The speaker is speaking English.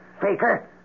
faker